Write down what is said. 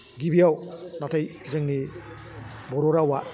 गिबियाव नाथाय जोंनि बर' रावा